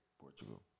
Portugal